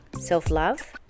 self-love